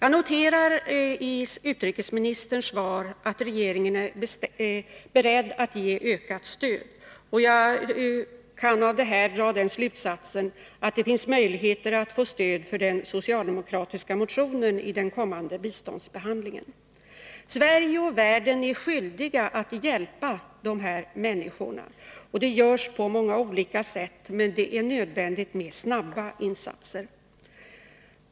Jag noterar av utrikesministerns svar att regeringen är beredd att ge ökat stöd, och jag kan därav dra den slutsatsen att det finns möjligheter att få stöd för den socialdemokratiska motionen i den kommande biståndsbehandlingen. Sverige och världen har en skyldighet att hjälpa dessa människor, och det görs på många olika sätt, men det är nödvändigt med snabba insatser.